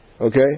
Okay